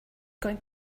going